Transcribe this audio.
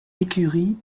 écuries